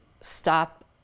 stop